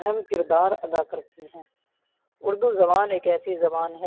اہم کردار ادا کرتی ہیں اردو زبان ایک ایسی زبان ہے